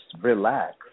relax